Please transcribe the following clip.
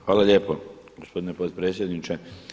Hvala lijepo gospodine potpredsjedniče.